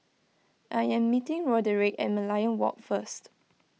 I am meeting Roderic at Merlion Walk first